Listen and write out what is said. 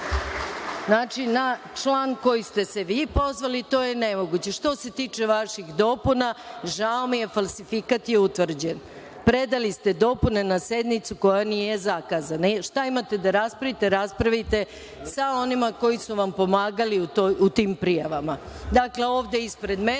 Afrike. Znači, na član koji ste se vi pozvali to je nemoguće. Što se tiče vaših dopuna, žao mi je, falsifikat je utvrđen. Predali ste dopune na sednicu koja nije zakazana. Šta imate da raspravite, raspravite sa onima koji su vam pomagali u tim prijavama. Dakle, ovde ispred mene,